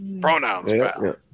Pronouns